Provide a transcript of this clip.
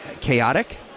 chaotic